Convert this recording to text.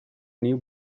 new